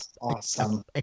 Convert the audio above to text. awesome